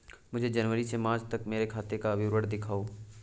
मुझे जनवरी से मार्च तक मेरे खाते का विवरण दिखाओ?